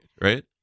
right